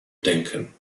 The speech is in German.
denken